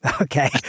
okay